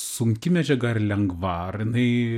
sunki medžiaga ar lengva ar jinai